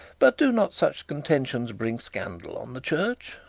but do not such contentions bring scandal on the church